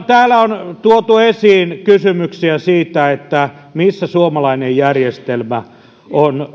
täällä on tuotu esiin kysymyksiä siitä missä suomalainen apteekkialan järjestelmä on